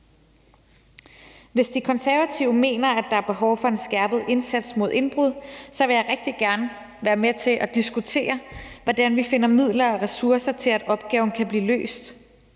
Hvis De Konservative mener, at der er behov for en skærpet indsats mod indbrud, så vil jeg rigtig gerne være med til at diskutere, hvordan vi finder midler og ressourcer til, at opgaven kan blive løst